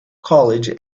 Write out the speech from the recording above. college